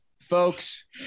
folks